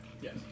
Yes